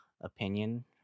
opinion